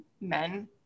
men